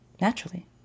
naturally